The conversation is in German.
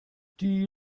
die